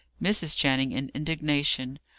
mrs. channing in indignation.